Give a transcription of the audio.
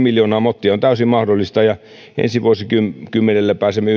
miljoonaa mottia on täysin mahdollista ja ensi vuosikymmenellä pääsemme